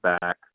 back